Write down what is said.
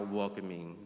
welcoming